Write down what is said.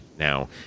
Now